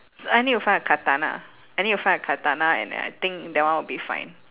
I need to find a katana I need to find a katana and I think that one will be fine